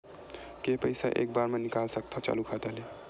के पईसा एक बार मा मैं निकाल सकथव चालू खाता ले?